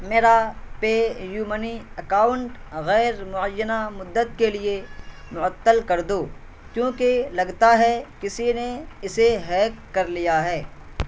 میرا PayU money account غیر معینہ مدت کے لیے معطل کر دو کیونکہ لگتا ہے کسی نے اسے ہیک کر لیا ہے